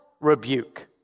rebuke